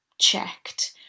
checked